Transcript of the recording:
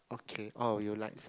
okay oh you like cycling